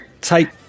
take